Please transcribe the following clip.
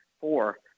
four